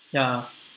ya